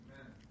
Amen